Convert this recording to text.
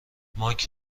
مایک